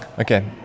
Okay